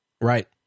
Right